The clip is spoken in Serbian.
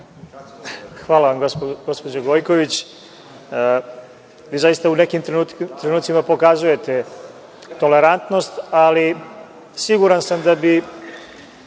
Hvala vam, gospođo Gojković. Vi zaista u nekim trenucima pokazujete tolerantnost, ali siguran sam da bi